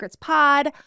Pod